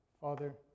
Father